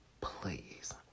please